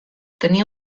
tenia